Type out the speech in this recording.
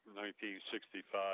1965